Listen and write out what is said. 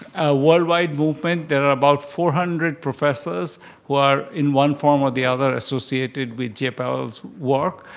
worldwide movement, there are about four hundred professors who are in one form or the other associated with j-pal's work.